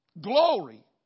Glory